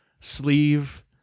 sleeve